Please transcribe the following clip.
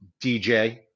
DJ